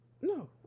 no